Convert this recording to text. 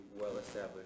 well-established